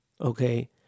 okay